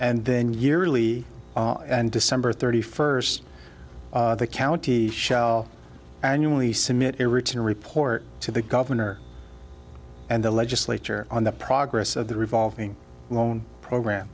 and then yearly and december thirty first the county shall annually submit a written report to the governor and the legislature on the progress of the revolving loan program